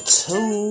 two